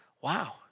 wow